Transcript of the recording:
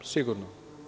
Sigurno.